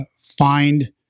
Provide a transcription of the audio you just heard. find